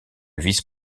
vice